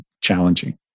challenging